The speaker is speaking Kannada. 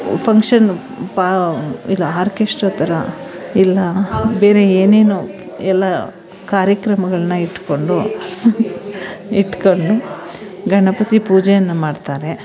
ಫಂಕ್ಷನ್ ಪಾ ಇಲ್ಲ ಆರ್ಕೆಶ್ಟ್ರಾ ಥರ ಇಲ್ಲ ಬೇರೆ ಏನೇನೋ ಎಲ್ಲ ಕಾರ್ಯಕ್ರಮಗಳನ್ನ ಇಟ್ಕೊಂಡು ಇಟ್ಕೊಂಡು ಗಣಪತಿ ಪೂಜೆಯನ್ನು ಮಾಡ್ತಾರೆ